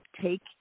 take